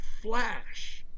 flash